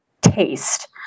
taste